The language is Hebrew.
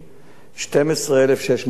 12,620,